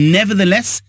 nevertheless